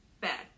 bad